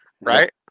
Right